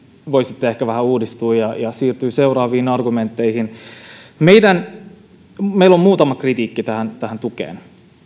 voisitte ehkä jotenkin vähän uudistua ja ja siirtyä seuraaviin argumentteihin meillä on muutama kritiikki tähän tähän tukeen ensimmäinen